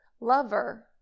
lover